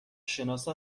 شناسا